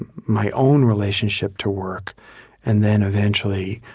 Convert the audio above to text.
and my own relationship to work and then, eventually,